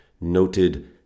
noted